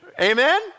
Amen